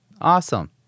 Awesome